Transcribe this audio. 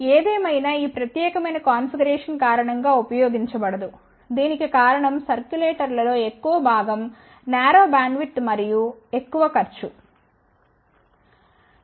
ఏదేమైనా ఈ ప్రత్యేకమైన కాన్ఫిగరేషన్ సాధారణం గా ఉపయోగించబడదు దీనికి కారణం సర్క్యులేటర్లలో ఎక్కువ భాగం నారో బ్యాండ్విడ్త్ మరియు ఎక్కువ ఖర్చు